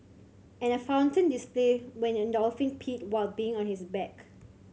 and a fountain display when a dolphin peed while being on his back